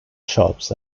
shops